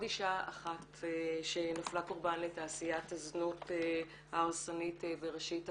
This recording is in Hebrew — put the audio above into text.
אישה אחת שנפלה קורבן לתעשיית הזנות ההרסנית בראשית החודש.